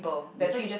don't you